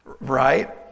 Right